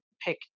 pick